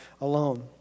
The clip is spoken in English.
alone